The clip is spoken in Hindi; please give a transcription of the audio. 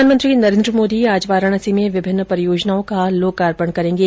प्रधानमंत्री नरेन्द्र मोदी आज वाराणसी में विभिन्न परियोजनाओं का लोकार्पण करेंगे